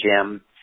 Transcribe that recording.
Jim